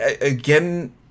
again